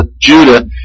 Judah